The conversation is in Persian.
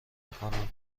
میکنم